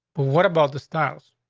but what about the styles